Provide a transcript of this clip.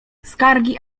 skargi